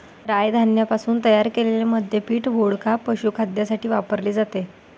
राय धान्यापासून तयार केलेले मद्य पीठ, वोडका, पशुखाद्यासाठी वापरले जाते